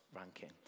ranking